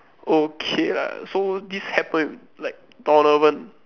okay lah so this happened like tournament